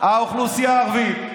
האוכלוסייה הערבית.